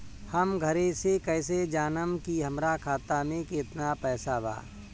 हम घरे से कैसे जानम की हमरा खाता मे केतना पैसा बा?